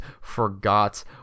forgot